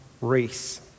race